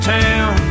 town